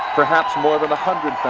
perhaps more than a hundred